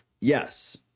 yes